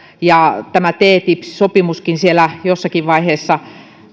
ja kun ttip sopimuskin siellä jossakin vaiheessa